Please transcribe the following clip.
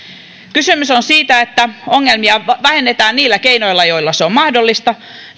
kysymys on siitä että ongelmia vähennetään niillä keinoilla joilla se on mahdollista